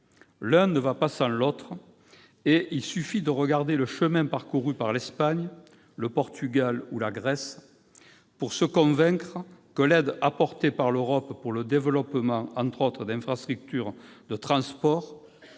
L'une ne va pas sans l'autre, et il suffit de regarder le chemin parcouru par l'Espagne, le Portugal ou la Grèce pour se convaincre que l'aide apportée par l'Europe au développement, entre autres, d'infrastructures de transport